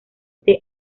the